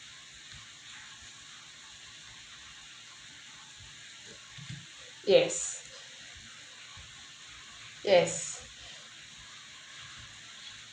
yes yes